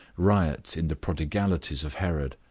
riot in the prodigalities of herod,